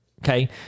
Okay